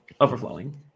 Overflowing